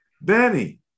Benny